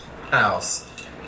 house